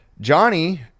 Johnny